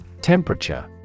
Temperature